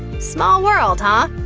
small world, huh?